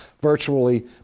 virtually